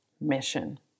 mission